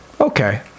Okay